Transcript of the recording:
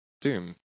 Doom